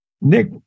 Nick